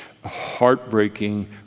heartbreaking